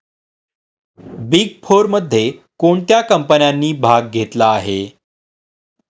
Big फोरमध्ये कोणत्या कंपन्यांनी भाग घेतला आहे?